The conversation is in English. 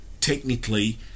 technically